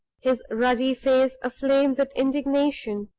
his ruddy face aflame with indignation.